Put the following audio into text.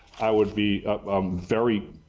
i would be very,